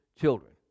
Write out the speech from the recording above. children